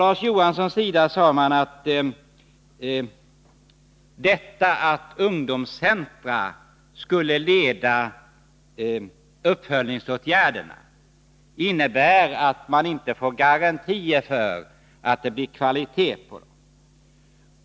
Larz Johansson sade att det förhållandet att ungdomscentra skall leda uppföljningsåtgärderna innebär att man inte får garantier för att det blir kvalitet på dem.